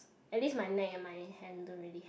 at least my neck and my hand don't really